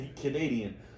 Canadian